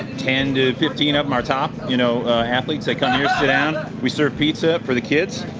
ten to fifteen of em, our top you know athletes, they come here, sit down, we serve pizza for the kids.